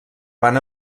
van